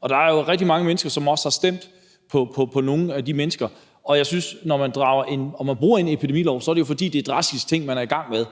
Og der er jo rigtig mange mennesker, som også har stemt på nogle af de mennesker. Jeg synes, at når man bruger en epidemilov, er det jo, fordi det er drastiske ting, man er i gang med,